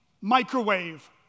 microwave